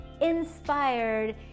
inspired